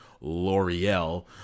L'Oreal